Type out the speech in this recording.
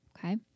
Okay